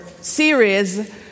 series